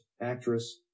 actress